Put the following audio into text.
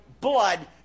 blood